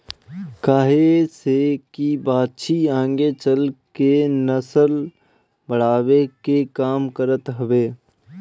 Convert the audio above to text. काहे से की बाछी आगे चल के नसल बढ़ावे के काम करत हवे